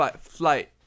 flight